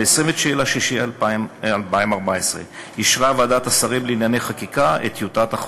ב-29 ביוני 2014 אישרה ועדת השרים לענייני חקיקה את טיוטת החוק.